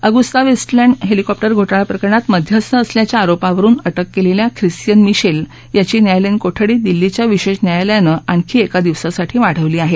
Agusta Westland helicopter घोटाळा प्रकरणात मध्यस्थ असल्याच्या आरोपावरुन अटक केलेल्या ख्रिस्तीयन मिशेल याची न्यायालयीन कोठडी दिल्लीच्या विशेष न्यायालयानं आणखी एका दिवसासाठी वाढवली आहे